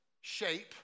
shape